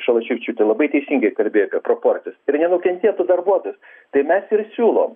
šalaševičiūtė labai teisingai kalbėjo apie proporcijas ir nenukentėtų darbuotojas tai mes ir siūlom